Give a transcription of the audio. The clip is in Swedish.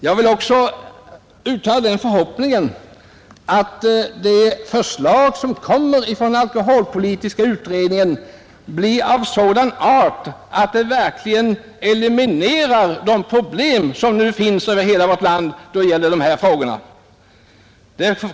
Jag uttalar också den förhoppningen att det förslag som skall komma från alkoholpolitiska utredningen blir sådant att de svåra problem som på detta område nu finns över hela vårt land verkligen elimineras.